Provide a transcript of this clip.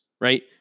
right